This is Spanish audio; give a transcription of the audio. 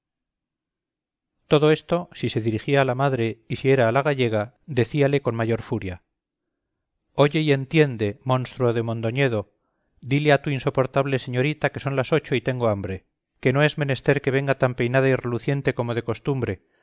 todo esto si se dirigía a la madre y si era a la gallega decíale con mayor furia oye y entiende monstruo de mondoñedo dile a tu insoportable señorita que son las ocho y tengo hambre que no es menester que venga tan peinada y reluciente como de costumbre